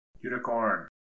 unicorn